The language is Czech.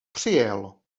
přijel